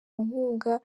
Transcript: nkunga